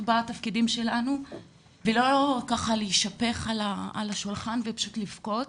בתפקידים שלנו ולא להישפך על השולחן ופשוט לבכות